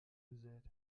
gesät